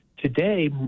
Today